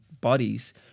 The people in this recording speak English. bodies